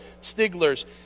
Stigler's